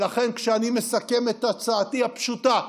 אני מסכם את הצעתי הפשוטה: